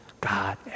God